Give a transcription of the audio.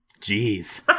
Jeez